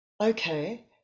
Okay